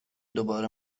دوباره